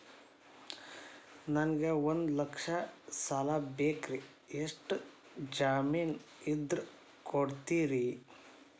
ನನಗೆ ಒಂದು ಲಕ್ಷ ಸಾಲ ಬೇಕ್ರಿ ಎಷ್ಟು ಜಮೇನ್ ಇದ್ರ ಕೊಡ್ತೇರಿ?